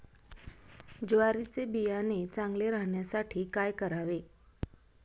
ज्वारीचे बियाणे चांगले राहण्यासाठी काय करावे?